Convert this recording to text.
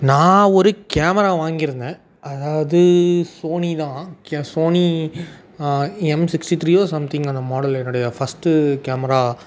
நான் ஒரு கேமரா வாங்கிருந்தேன் அதாவது சோனி தான் கே சோனி எம் சிக்ஸ்ட்டி த்ரீயோ சம்திங் அந்த மாடல் என்னுடய ஃபஸ்ட்டு கேமரா